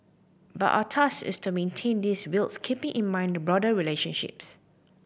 but our task is to maintain this whilst keeping in mind the broader relationships